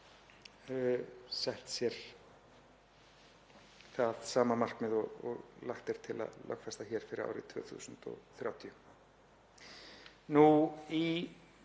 sett sér það sama markmið og lagt er til að lögfesta hér fyrir árið 2030. Í